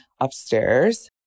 upstairs